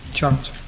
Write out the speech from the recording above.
Charles